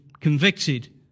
convicted